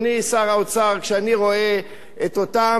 כשאני רואה את אותם מאות אנשים,